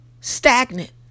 stagnant